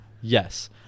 yes